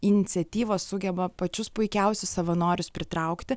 iniciatyvos sugeba pačius puikiausius savanorius pritraukti